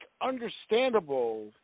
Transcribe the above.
understandable